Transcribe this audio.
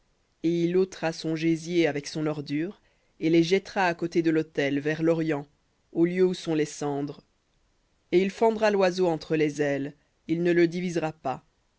et il ôtera son gésier avec son ordure et les jettera à côté de l'autel vers l'orient au lieu où sont les cendres et il fendra l'oiseau entre les ailes il ne le divisera pas